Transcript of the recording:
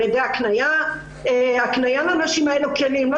על ידי הקניית כלים לנשים האלה.